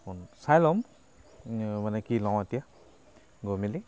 চাই ল'ম মানে কি লওঁ এতিয়া গৈ মেলি